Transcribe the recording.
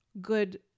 good